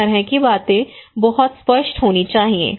इस तरह की बातें बहुत स्पष्ट होनी चाहिए